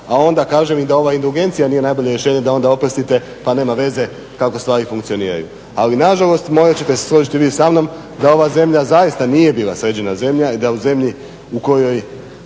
a onda i da ova indugencija nije najbolje rješenje da onda oprostite pa nema veze kako stvari funkcioniraju. Ali nažalost morat ćete se složiti vi sa mnom da ova zemlja zaista nije bila sređena zemlja i da u zemlji kojoj